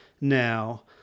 now